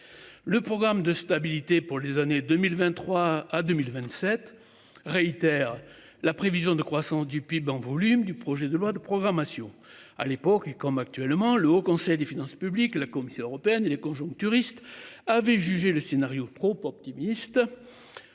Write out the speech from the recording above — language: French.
Le programme de stabilité pour les années 2023 à 2027 réitère la prévision de croissance du PIB en volume du projet de loi de programmation à l'époque et comme actuellement le Haut conseil des finances publiques, la Commission européenne et les conjoncturistes avaient jugé le scénario propos optimistes.